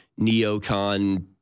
neocon